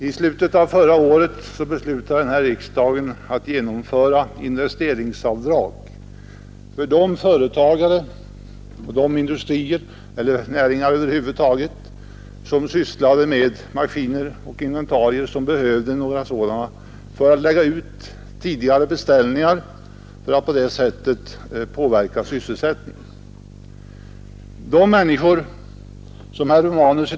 I slutet av förra året beslutade riksdagen att införa rätt till investeringsavdrag för de företagare, industrier eller näringar över huvud taget som behövde maskiner och inventarier, i syfte att förmå dessa att tidigare lägga ut beställningar, varigenom sysselsättningen skulle påverkas.